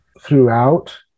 throughout